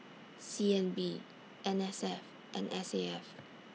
C N B N S F and S A F